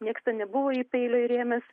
nieks ten nebuvo jai peilio įrėmęs